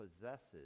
possesses